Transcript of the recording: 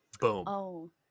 Boom